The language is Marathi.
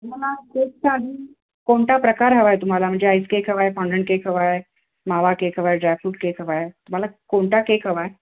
तुम्हाला केकचा आधी कोणता प्रकार हवा आहे तुम्हाला म्हणजे आईस केक हवा आहे फॉंडन केक हवा आहे मावा केक हवा आहे ड्रायफ्रुट केक हवा आहे तुम्हाला कोणता केक हवा आहे